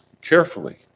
carefully